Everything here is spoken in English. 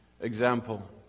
example